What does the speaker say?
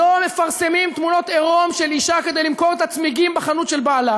לא מפרסמים תמונות עירום של אישה כדי למכור את הצמיגים בחנות של בעלה.